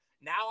now